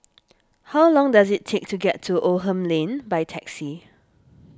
how long does it take to get to Oldham Lane by taxi